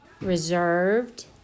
reserved